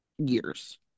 years